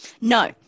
No